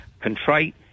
contrite